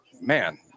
man